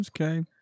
okay